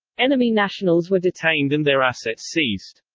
enemy nationals were detained and their assets seized.